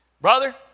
Brother